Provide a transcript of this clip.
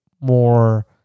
more